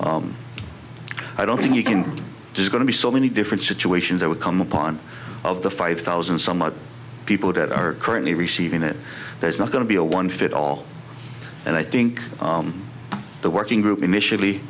things i don't thing you can do is going to be so many different situations that would come upon of the five thousand some odd people that are currently receiving it there's not going to be a one fit all and i think the working group initially